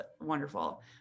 wonderful